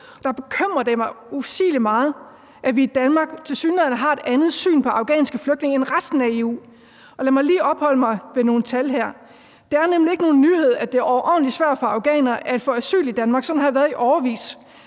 Der bekymrer det mig usigelig meget, at vi i Danmark tilsyneladende har et andet syn på afghanske flygtninge end resten af EU. Og lad mig lige opholde mig ved nogle tal her. Det er nemlig ikke nogen nyhed, at det er overordentlig svært for afghanere at få asyl i Danmark. Sådan har det været i årevis.